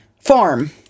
farm